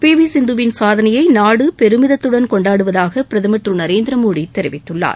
B V சிந்துவின் சாதனையை நாடு பெருமிதத்துடன் கொண்டாடுவதாக பிரதமர் திரு நரேந்திர மோடி தெரிவித்துள்ளார்